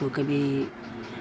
تو کبھی